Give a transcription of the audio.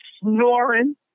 snoring